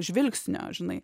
žvilgsnio žinai